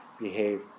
behave